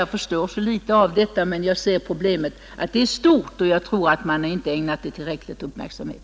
Jag ser problemet som stort och jag förstår så litet av det, men jag tror inte att man ägnat det tillräcklig uppmärksamhet.